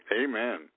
Amen